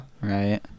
Right